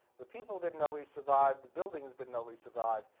the people didn't always survive. the buildings didn't always survive.